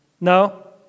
No